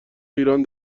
ایران